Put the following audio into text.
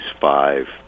five